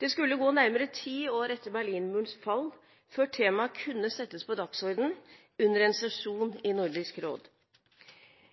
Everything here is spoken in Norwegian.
Det skulle gå nærmere ti år etter Berlinmurens fall før temaet kunne settes på dagsordenen under en sesjon i Nordisk råd.